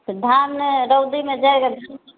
तऽ धान रौदीमे जड़ि